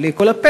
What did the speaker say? בלי כל הפנסיות,